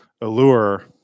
allure